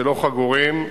שלא חגורים,